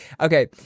Okay